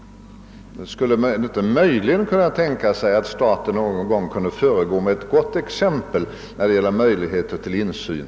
Skulle man inte möjligen kunna tänka sig att staten någon gång kunde föregå med gott exempel när det gäller möjligheter till insyn?